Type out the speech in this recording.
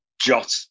Jot